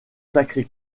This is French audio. sacré